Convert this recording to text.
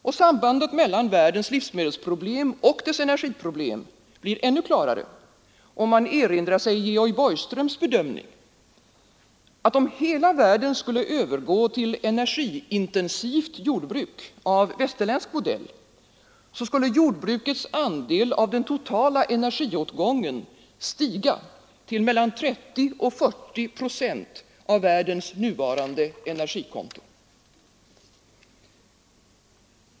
Och sambandet mellan världens livsmedelsproblem och dess energiproblem blir ännu klarare om man erinrar sig Georg Borgströms bedömning att om hela världen skulle övergå till energiintensivt jordbruk av västerländsk modell skulle jordbrukets andel av den totala energiåtgången stiga till mellan 30 och 40 procent av världens nuvarande energikonto.